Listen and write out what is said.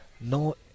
No